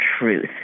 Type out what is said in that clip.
truth